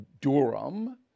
Durham